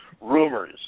rumors